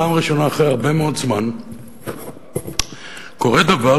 פעם ראשונה אחרי הרבה מאוד זמן קורה דבר,